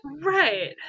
Right